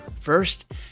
First